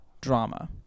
drama